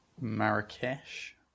Marrakesh